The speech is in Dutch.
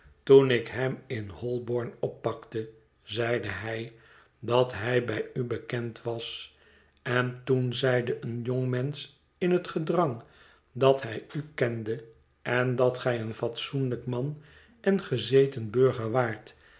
toen ik hem in holborn oppakte zeide hij dat hij bij u bekend was en toen zeide een jongmensch in het gedrang dat hij u kende en dat gij een fatsoenlijk man en gezeten burger waart